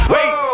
Wait